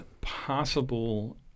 possible